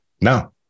No